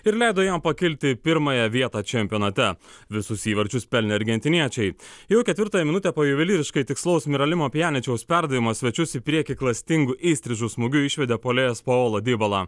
ir leido jam pakilti į pirmąją vietą čempionate visus įvarčius pelnė argentiniečiai jau ketvirtąją minutę po juvelyriškai tikslaus miralimo pijaničiaus perdavimo svečius į priekį klastingu įstrižu smūgiu išvedė puolėjas paolo dibola